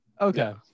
Okay